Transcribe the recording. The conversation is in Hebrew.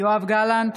יואב גלנט,